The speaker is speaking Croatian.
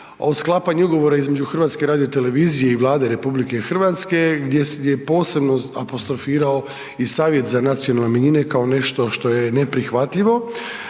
sklapanju ugovora između HRT-a i Vlade RH gdje je posebno apostrofirao i Savjet za nacionalne manjine, kao nešto što je neprihvatljivo,